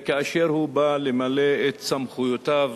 כאשר הוא בא למלא את סמכויותיו